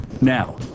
Now